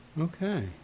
Okay